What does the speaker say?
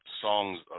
songs